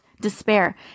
despair